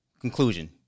Conclusion